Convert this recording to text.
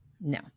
No